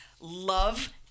Love